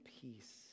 peace